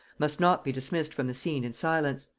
must not be dismissed from the scene in silence.